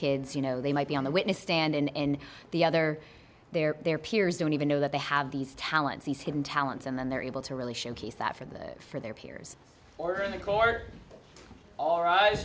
kids you know they might be on the witness stand in the other their their peers don't even know that they have these talents these hidden talents and then they're able to really showcase that for the for their peers or in the court all right